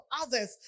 others